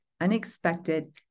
Unexpected